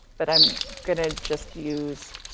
but i'm gonna just use